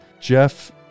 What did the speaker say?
Jeff